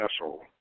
vessel